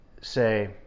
say